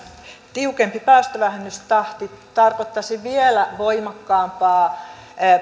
tiukempi päästövähennystahti tarkoittaisi vielä voimakkaampaa